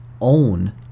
own